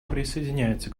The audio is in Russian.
присоединяется